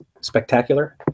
spectacular